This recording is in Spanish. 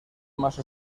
más